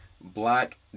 black